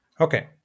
Okay